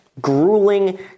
grueling